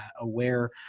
aware